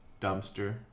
dumpster